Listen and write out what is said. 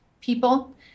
people